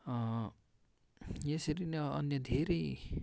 यसरी नै अन्य धेरै